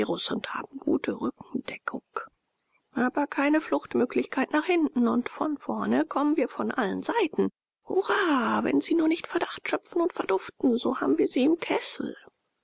und haben gute rückendeckung aber keine fluchtmöglichkeit nach hinten und von vorne kommen wir von allen seiten hurra wenn sie nur nicht verdacht schöpfen und verduften so haben wir sie im kessel